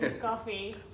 coffee